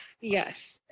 Yes